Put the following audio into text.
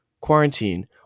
quarantine